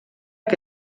que